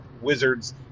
wizards